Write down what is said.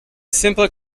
simple